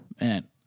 Man